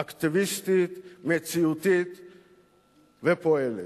אקטיביסטית, מציאותית ופועלת.